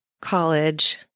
college